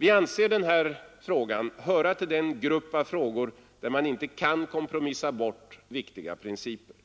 Vi anser den här frågan tillhöra den grupp av frågor där man inte kan kompromissa bort viktiga principer.